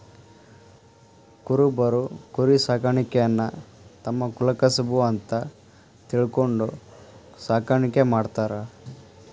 ಕುರಬರು ಕುರಿಸಾಕಾಣಿಕೆಯನ್ನ ತಮ್ಮ ಕುಲಕಸಬು ಅಂತ ತಿಳ್ಕೊಂಡು ಸಾಕಾಣಿಕೆ ಮಾಡ್ತಾರ